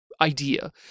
idea